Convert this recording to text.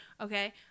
okay